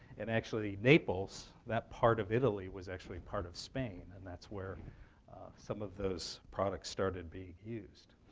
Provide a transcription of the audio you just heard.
and actually, naples that part of italy was actually part of spain, and that's where some of those products started being used.